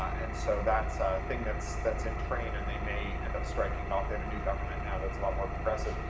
and so that's a thing that's that's in train and they may end up striking it off. they have a new government now that's a lot more progressive.